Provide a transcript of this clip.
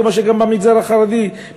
כמו שגם במגזר החרדי,